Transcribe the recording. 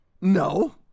No